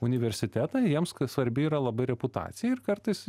universitetai jiems svarbi yra labai reputacija ir kartais